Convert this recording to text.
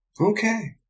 Okay